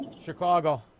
Chicago